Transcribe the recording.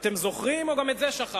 אתם זוכרים, או שגם את זה שכחתם?